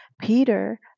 Peter